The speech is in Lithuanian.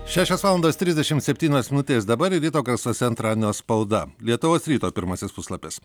šešios valandos trisdešimt septynios minutės dabar ir ryto garsuose antradienio spauda lietuvos ryto pirmasis puslapis